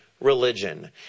religion